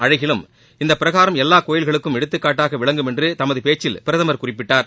அழகிலும் இந்தப் பிரகாரம் எல்லா கோவில்களுக்கும் எடுத்துக்காட்டாக விளங்கும் என்று தமது பேச்சில் பிரதமர் குறிப்பிட்டார்